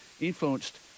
influenced